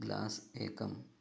glass एकम्